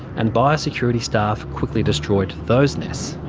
and biosecurity staff quickly destroyed those nests.